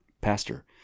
pastor